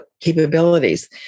capabilities